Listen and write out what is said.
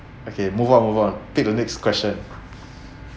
okay move on move on pick the next question